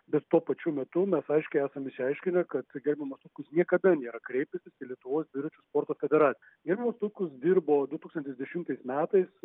bet tuo pačiu metu mes aiškiai esam išsiaiškinę kad gerbiamas tutkus niekada nėra kreipiasis į lietuvos dviračių sporto federaciją gerbiamas tutkus dirbo du tūkstantis dešimtais metais